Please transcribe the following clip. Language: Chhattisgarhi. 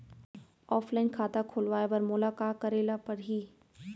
ऑफलाइन खाता खोलवाय बर मोला का करे ल परही?